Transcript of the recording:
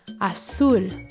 azul